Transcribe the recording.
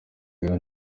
rero